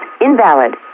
invalid